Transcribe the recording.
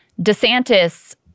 DeSantis